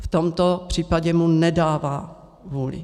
V tomto případě mu nedává vůli.